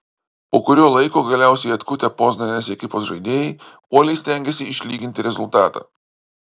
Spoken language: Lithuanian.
po kurio laiko galiausiai atkutę poznanės ekipos žaidėjai uoliai stengėsi išlyginti rezultatą